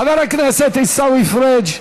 חבר הכנסת עיסאווי פריג'